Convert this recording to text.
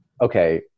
okay